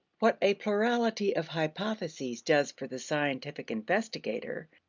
what a plurality of hypotheses does for the scientific investigator,